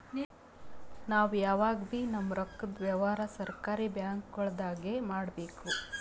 ನಾವ್ ಯಾವಗಬೀ ನಮ್ಮ್ ರೊಕ್ಕದ್ ವ್ಯವಹಾರ್ ಸರಕಾರಿ ಬ್ಯಾಂಕ್ಗೊಳ್ದಾಗೆ ಮಾಡಬೇಕು